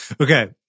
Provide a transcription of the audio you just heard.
Okay